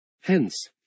Hence